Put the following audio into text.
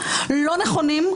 לא נכונים,